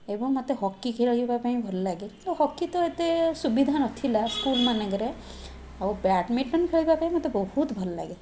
ଏବଂ ମୋତେ ହକି ଖେଳିବା ପାଇଁ ଭଲଲାଗେ ମୁଁ ହକି ତ ଏତେ ସୁବିଧା ନଥିଲା ସ୍କୁଲ୍ ମାନଙ୍କରେ ଆଉ ବ୍ୟାଡ଼ମିଣ୍ଟନ୍ ଖେଳିବା ପାଇଁ ମୋତେ ବହୁତ ଭଲଲାଗେ